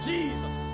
Jesus